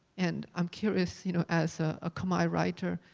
and i'm curious, you know, as a khmer writer